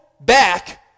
back